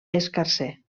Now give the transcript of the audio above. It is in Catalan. escarser